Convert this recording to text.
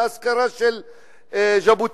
באזכרה של ז'בוטינסקי.